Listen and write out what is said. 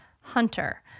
hunter